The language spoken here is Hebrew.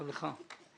גם לך.